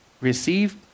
receive